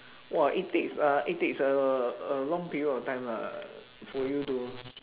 !wah! it takes uh it takes uh uh long period of time lah for you to